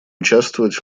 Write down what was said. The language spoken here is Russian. участвовать